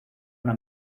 una